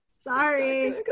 Sorry